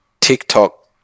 TikTok